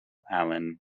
allen